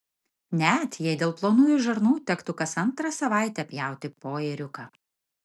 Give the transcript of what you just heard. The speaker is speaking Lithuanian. net jei dėl plonųjų žarnų tektų kas antrą savaitę pjauti po ėriuką